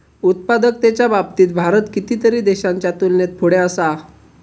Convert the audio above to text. उत्पादकतेच्या बाबतीत भारत कितीतरी देशांच्या तुलनेत पुढे असा